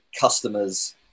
customers